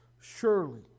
Surely